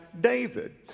David